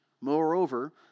Moreover